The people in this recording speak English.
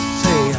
say